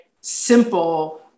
simple